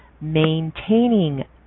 maintaining